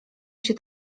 się